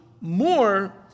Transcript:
more